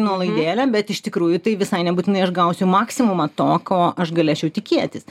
nuolaidėlę bet iš tikrųjų tai visai nebūtinai aš gausiu maksimumą to ko aš galėčiau tikėtis